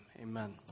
Amen